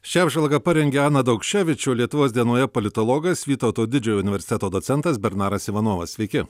šią apžvalgą parengė ana daukševič lietuvos dienoje politologas vytauto didžiojo universiteto docentas bernaras ivanovas sveiki